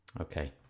Okay